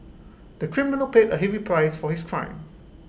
the criminal paid A heavy price for his crime